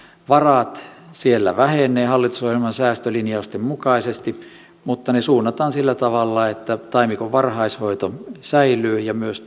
varat siellä vähenevät hallitusohjelman säästölinjausten mukaisesti mutta ne suunnataan sillä tavalla että taimikon varhaishoito säilyy ja myös